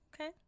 okay